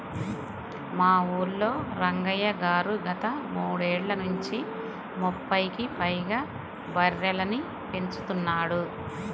మా ఊల్లో రంగయ్య గారు గత మూడేళ్ళ నుంచి ముప్పైకి పైగా బర్రెలని పెంచుతున్నాడు